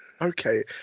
Okay